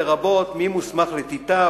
לרבות מי מוסמך לתתה,